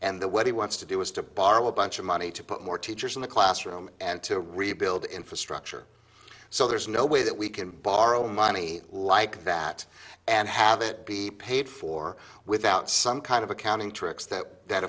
and that what he wants to do is to borrow a bunch of money to put more teachers in the classroom and to rebuild infrastructure so there's no way that we can borrow money like that and have it be paid for without some kind of accounting tricks that that